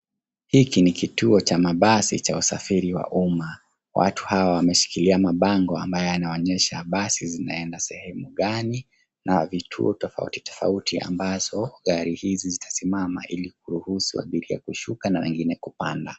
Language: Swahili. Hiki ni kituo cha mabasi cha wasafiri wa umma. Watu hawa wameshikilia mabango ambayo yanaonyesha basi zinaenda sehemu gani na vituo tofautitofauti ambazo gari hizi zitasimama ili kuruhusu abiria kushuka na wengine kupanda.